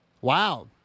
Wow